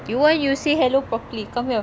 you want you say hello properly come here